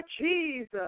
Jesus